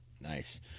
Nice